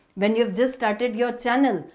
when you've just started your channel,